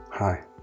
Hi